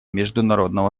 международного